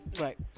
Right